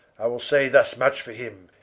i will say thus much for him,